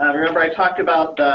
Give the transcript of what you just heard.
remember i talked about